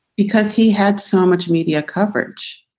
because he had so much media coverage.